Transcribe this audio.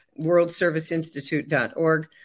worldserviceinstitute.org